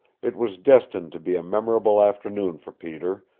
it was destined to be a memorable afternoon for peter,